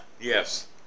Yes